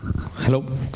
Hello